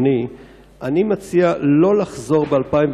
זה לא מופיע שם.